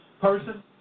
person